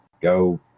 go